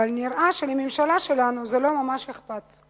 אבל נראה שלממשלה שלנו זה לא ממש אכפת.